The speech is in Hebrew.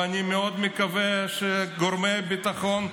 ואני מאוד מקווה שגורמי הביטחון,